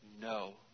no